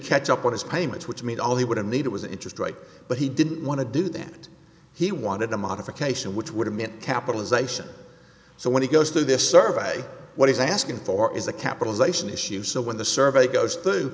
catch up on his payments which meet all he would have needed was an interest rate but he didn't want to do that and he wanted a modification which would have meant capitalization so when he goes to this survey what he's asking for is a capitalization issue so when the survey goes t